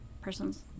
person's